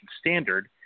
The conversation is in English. standard